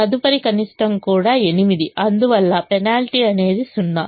తదుపరి కనిష్టం కూడా 8 అందువల్ల పెనాల్టీ అనేది 0